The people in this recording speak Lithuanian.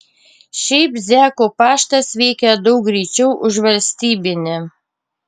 šiaip zekų paštas veikia daug greičiau už valstybinį